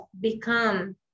become